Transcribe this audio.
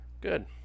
Good